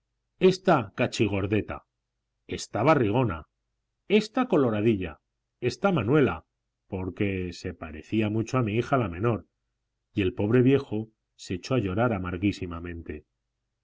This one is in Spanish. llama rebolonda ésta cachigordeta ésta barrigona ésta coloradilla ésta manuela porque se parecía mucho a mi hija la menor y el pobre viejo se echó a llorar